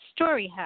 StoryHouse